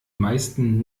meisten